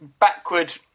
backward